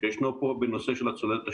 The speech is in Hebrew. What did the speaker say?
שישנו פה בנושא הצוללת השישית.